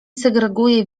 segreguję